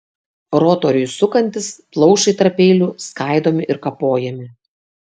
rotoriui sukantis plaušai tarp peilių skaidomi ir kapojami